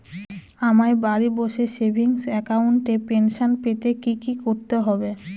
আমায় বাড়ি বসে সেভিংস অ্যাকাউন্টে পেনশন পেতে কি কি করতে হবে?